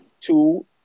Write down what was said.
Two